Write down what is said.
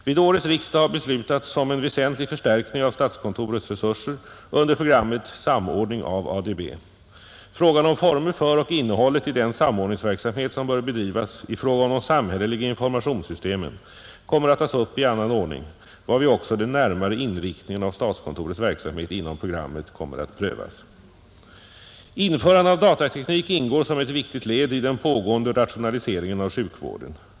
Vid årets riksdag har beslutats om en väsentlig förstärkning av statskontorets resurser under programmet Samordning av ADB. Frågan om formerna för och innehållet i den samordningsverksamhet som bör bedrivas i fråga om de samhälleliga informationssystemen kommer att tas upp i annan ordning, varvid också den närmare inriktningen av statskontorets verksamhet inom programmet kommer att prövas. Införande av datateknik ingår som ett viktigt led i den pågående rationaliseringen av sjukvården.